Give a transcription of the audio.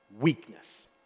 weakness